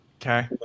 okay